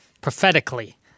Prophetically